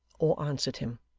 or answered him.